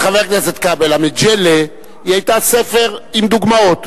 חבר הכנסת כבל, המג'לה היה ספר עם דוגמאות.